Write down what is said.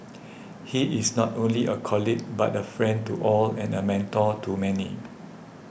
he is not only a colleague but a friend to all and a mentor to many